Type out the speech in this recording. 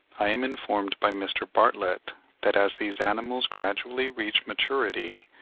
i am informed by mr. bartlett that, as these animals gradually reach maturity,